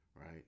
right